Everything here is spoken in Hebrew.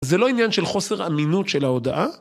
זה לא עניין של חוסר אמינות של ההודעה?